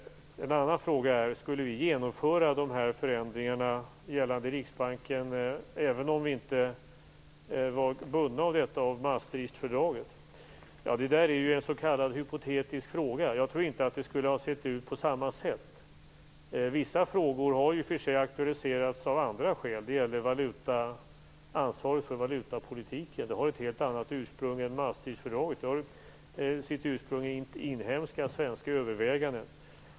En annan fråga är: Skulle vi genomföra förändringarna gällande Riksbanken även om vi inte var bundna av Maastrichtfördraget? Det är en s.k. hypotetisk fråga. Jag tror inte att det skulle ha sett ut på samma sätt. Vissa frågor har fått aktualiseras av andra skäl. Det gäller ansvaret för valutapolitiken. Det har ett helt annat ursprung är Maastrichtfördraget. Det har sitt ursprung i inhemska överväganden.